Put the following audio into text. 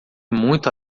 muito